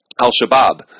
Al-Shabaab